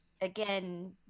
again